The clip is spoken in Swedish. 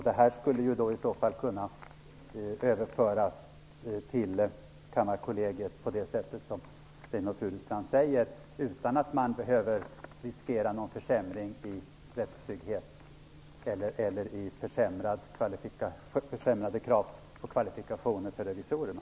Detta skulle ju i så fall kunna överföras till Kammarkollegiet på det sätt som Reynoldh Furustrand säger utan att man behöver riskera någon försämring i rättstrygghet eller försämrade krav på kvalifikationer för revisorerna.